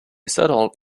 settled